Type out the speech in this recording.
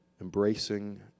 Embracing